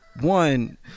One